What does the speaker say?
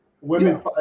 Women